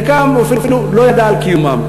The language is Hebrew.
חלקם הוא אפילו לא ידע על קיומם,